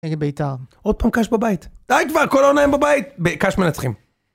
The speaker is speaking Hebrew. נגד בית"ר, עוד פעם קאש בבית. היי כבר, כל העונה הן בבית. קאש מנצחים.